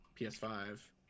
ps5